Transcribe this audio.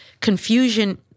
confusion